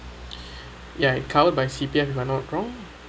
ya it covered by C_P_F if I'm not wrong